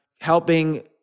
helping